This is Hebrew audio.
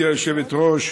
אינו נוכח,